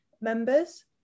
members